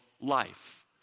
life